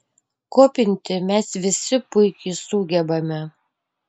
kopinti mes visi puikiai sugebame